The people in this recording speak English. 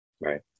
Right